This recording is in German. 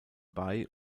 bei